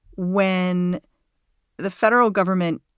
when the federal government.